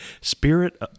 spirit